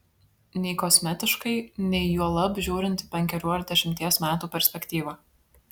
nei kosmetiškai nei juolab žiūrint į penkerių ar dešimties metų perspektyvą